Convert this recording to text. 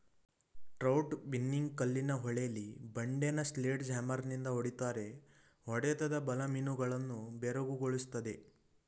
trout binning ಕಲ್ಲಿನ ಹೊಳೆಲಿ ಬಂಡೆನ ಸ್ಲೆಡ್ಜ್ ಹ್ಯಾಮರ್ನಿಂದ ಹೊಡಿತಾರೆ ಹೊಡೆತದ ಬಲ ಮೀನುಗಳನ್ನು ಬೆರಗುಗೊಳಿಸ್ತದೆ